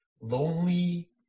lonely